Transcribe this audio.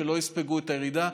שלא יספגו את הירידה.